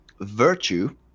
virtue